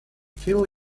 fill